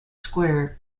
square